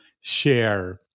share